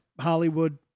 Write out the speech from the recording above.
Hollywood